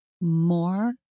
more